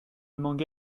manga